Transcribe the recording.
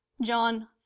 John